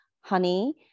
honey